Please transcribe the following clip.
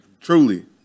Truly